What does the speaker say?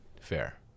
fair